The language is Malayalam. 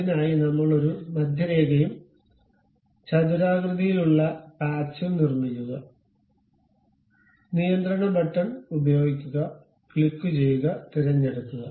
അതിനായി നമ്മൾ ഒരു മധ്യരേഖയും ചതുരാകൃതിയിലുള്ള പാച്ചും നിർമിക്കുക അതിനായി നിയന്ത്രണ ബട്ടൺ ഉപയോഗിക്കുക ക്ലിക്കുചെയ്യുക തിരഞ്ഞെടുക്കുക